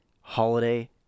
holiday